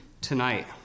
tonight